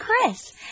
Chris